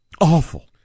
Awful